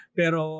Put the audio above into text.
pero